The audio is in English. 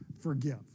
forgive